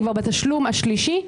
אני כבר בתשלום השלישי.